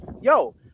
yo